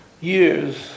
years